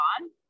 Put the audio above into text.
on